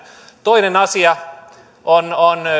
toinen asia on